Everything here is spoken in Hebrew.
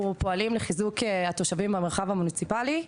פועלים לחיזוק התושבים במרחב המוניציפלי.